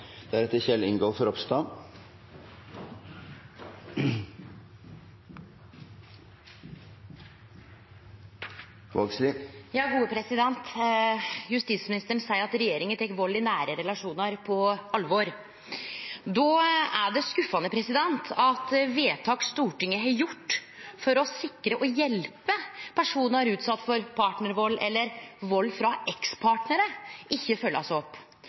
Justisministeren seier at regjeringa tek vald i nære relasjonar på alvor. Då er det skuffande at vedtak Stortinget har gjort for å sikre og hjelpe personar som er utsette for partnarvald eller vald frå ekspartnarar, ikkje blir følgde opp.